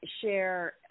share